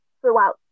throughout